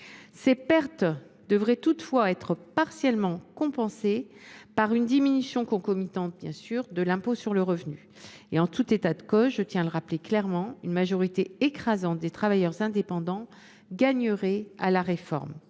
Ces pertes devraient toutefois être partiellement compensées par une diminution concomitante de l’impôt sur le revenu. En tout état de cause – je tiens à le rappeler clairement –, une majorité écrasante des travailleurs indépendants gagnerait à la réforme.